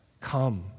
Come